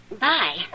Bye